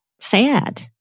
sad